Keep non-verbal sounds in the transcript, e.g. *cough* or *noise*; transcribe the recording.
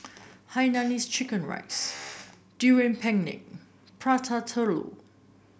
Hainanese Chicken Rice *noise* Durian Pengat Prata Telur